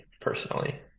personally